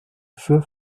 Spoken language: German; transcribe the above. für